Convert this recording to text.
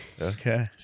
Okay